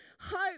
Hope